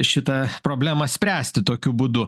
šitą problemą spręsti tokiu būdu